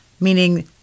meaning